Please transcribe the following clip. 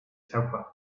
sulfur